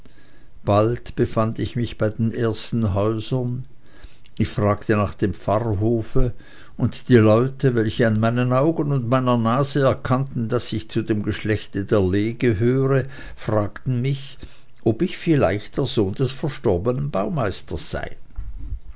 bald befand ich mich bei den ersten häusern ich fragte nach dem pfarrhofe und die leute welche an meinen augen und meiner nase erkannten daß ich zu dem geschlechte der lee gehöre fragten mich ob ich vielleicht ein sohn des verstorbenen baumeisters sei